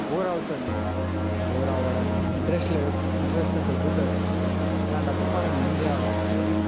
bore అవుతుంది నీకు bore అవడం ఇంటరెస్ట్ లేదు ఇంటరెస్ట్ దొబ్బుతుంది అలాంటప్పుడు మనము ఏం చెయ్యాలి అంటే